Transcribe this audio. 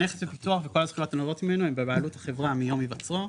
הנכס בפיתוח וכל הזכויות הנובעות ממנו הם בבעלות החברה מיום היווצרו,